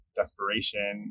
desperation